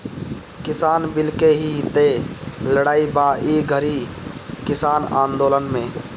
किसान बिल के ही तअ लड़ाई बा ई घरी किसान आन्दोलन में